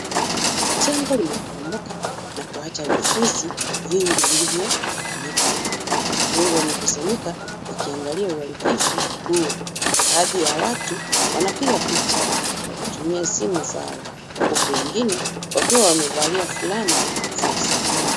Jengo limebomoka na kuwacha vifusi vingi vilivyotawanyika ,watu wengi wamekusanyika wakiangalia uharibifu huo ,baadhi ya watu wanapiga picha kwa kutumia simu zao , huku wengine wakiwa wamevalia fulana za usalama.